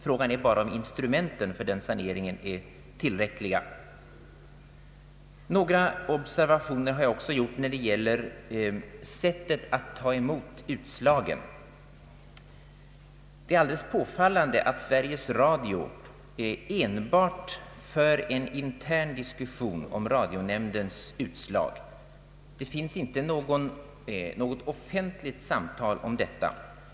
Frågan är sedan om instru menten för denna sanering är tillräckliga. Några observationer har jag gjort när det gäller sättet att reagera på utslagen. Det är påfallande att Sveriges Radio enbart för en intern diskussion om Radionämndens utslag. Det förekommer inte något offentligt samtal om detta.